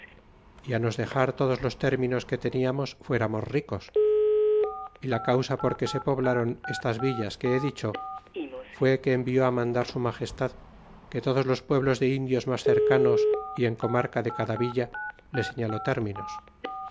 y a nos dexar todos los términos que teniamos fuéramos ricos y la causa porque se poblaron estas villas que he dicho fué que envió a mandar su magestad que todos los pueblos de indios mas cercanos y en comarca de cada villa le señaló términos